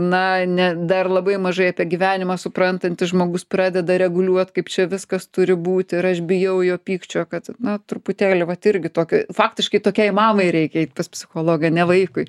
na ne dar labai mažai apie gyvenimą suprantantis žmogus pradeda reguliuot kaip čia viskas turi būti ir aš bijau jo pykčio kad na truputėlį vat irgi tokio faktiškai tokiai mamai reikia eit pas psichologą ne vaikui